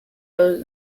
los